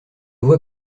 vois